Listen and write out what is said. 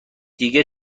دیگه